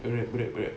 correct correct correct